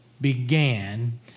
began